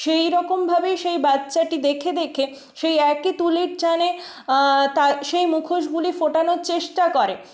সেইরকমভাবেই সেই বাচ্চাটি দেখে দেখে সেই একই তুলির টানে তা সেই মুখোশগুলি ফোটানোর চেষ্টা করে